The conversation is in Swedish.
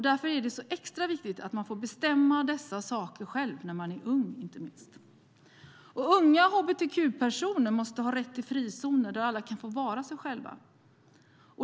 Därför är det extra viktigt att man får bestämma dessa saker själv, inte minst när man är ung. Unga hbtq-personer måste ha rätt till frizoner där alla kan få vara sig själva.